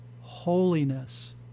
holiness